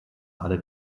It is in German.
alle